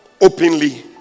Openly